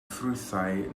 ffrwythau